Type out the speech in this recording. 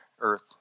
earth